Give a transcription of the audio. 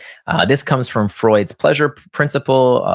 this comes from freud's pleasure principle,